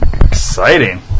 Exciting